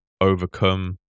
overcome